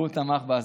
הוא תמך בה.